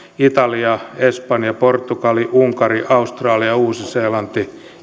italia espanja portugali unkari australia uusi seelanti